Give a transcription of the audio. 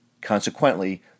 Consequently